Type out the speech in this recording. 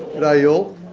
and you're